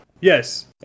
Yes